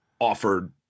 offered